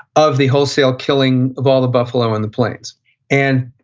of the wholesale killing of all the buffalo on the plains and,